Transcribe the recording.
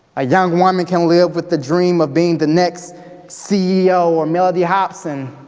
a young woman can live with the dream of being the next ceo or mellody hobson